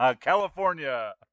california